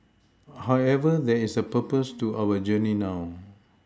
however there is a purpose to our journey now